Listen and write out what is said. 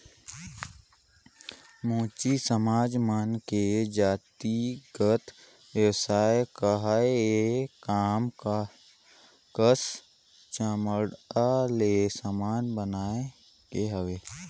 मोची समाज मन के जातिगत बेवसाय काहय या काम काहस चमड़ा ले समान बनाए के हवे